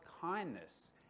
kindness